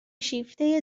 شیفته